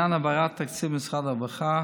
לעניין העברת תקציב למשרד הרווחה,